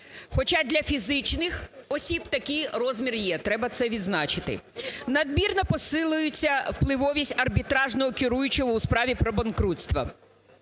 хоча для фізичних осіб такий розмір є, треба це відзначити. Надмірно посилюється впливовість арбітражного керуючого у справі про банкрутство.